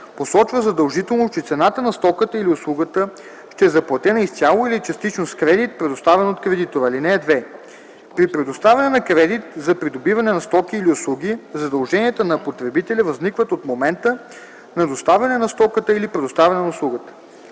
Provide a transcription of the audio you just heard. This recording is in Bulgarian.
посочва задължително, че цената на стоката или услугата ще е заплатена изцяло или частично с кредит, предоставен от кредитора. (2) При предоставяне на кредит за придобиване на стоки или услуги задълженията на потребителя възникват от момента на доставяне на стоката или предоставяне на услугата.